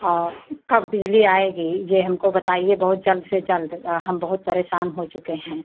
और कब बिजली आएगी ये हमको बताइए बहुत जल्द से जल्द हम बहुत परेशान हो चुके हैं